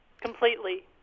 Completely